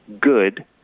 good